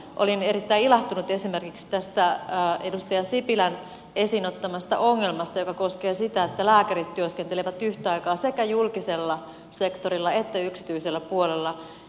olin erittäin ilahtunut esimerkiksi tästä edustaja sipilän esiin ottamasta ongelmasta joka koskee sitä että lääkärit työskentelevät yhtä aikaa sekä julkisella sektorilla että yksityisellä puolella